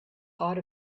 height